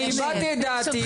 אני הבעתי את דעתי,